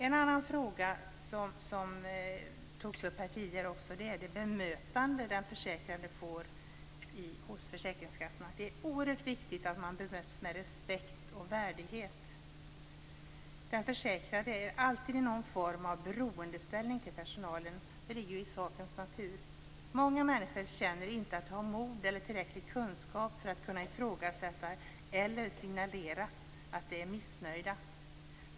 En annan fråga som togs upp här tidigare är det bemötande som den försäkrade får hos försäkringskassorna. Det är oerhört viktigt att den försäkrade bemöts med respekt och värdighet. Den försäkrade är alltid i någon form av beroendeställning till personalen. Det ligger i sakens natur. Många människor känner inte att de har mod eller tillräcklig kunskap för att kunna ifrågasätta eller signalera att de är missnöjda.